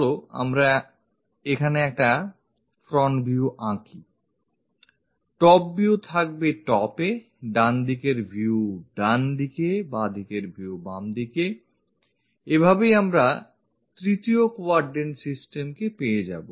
চলো আমরা এখানে একটা front view আঁকিI Top view থাকবে Top এ এবং ডানদিকের view ডানদিকে বামদিকের view বামদিকে এভাবেই আমরা তৃতীয় quadrant systems কে পেয়ে যাবো